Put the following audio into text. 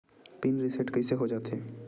Pin reset कइसे हो जाथे?